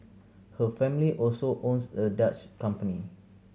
her family also owns the Dutch company